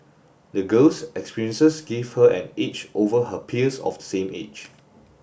the girl's experiences give her an edge over her peers of the same age